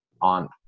on